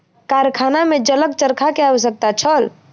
कारखाना में जलक चरखा के आवश्यकता छल